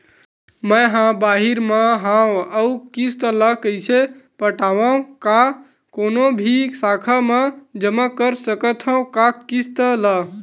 मैं हा बाहिर मा हाव आऊ किस्त ला कइसे पटावव, का कोनो भी शाखा मा जमा कर सकथव का किस्त ला?